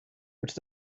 which